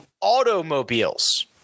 automobiles